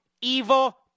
evil